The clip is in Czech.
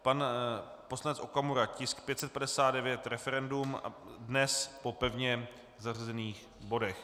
Pan poslanec Okamura, tisk 559, referendum, dnes po pevně zařazených bodech.